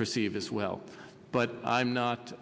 perceive this well but i'm not